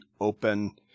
open